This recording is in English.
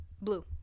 blue